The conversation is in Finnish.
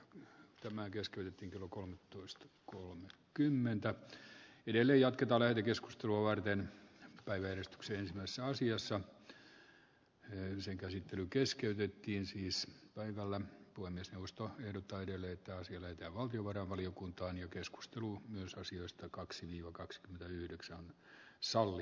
tämä keskeytettiin kello kolmetoista kolme kymmentä yli ellei oteta lähetekeskustelua varten kaivertkseen näissä asioissa ja yön sen käsittely keskeytettiin siis päivällä puhemiesneuvosto ehdottaa edelleen täysillä ja valtiovarainvaliokunta on jo keskusteluun myös asioista kaksi kaksi yhdeksän sally